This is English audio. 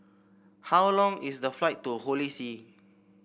how long is the flight to Holy See